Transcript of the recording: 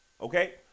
okay